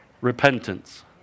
repentance